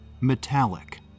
metallic